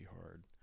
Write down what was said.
hard